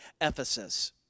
Ephesus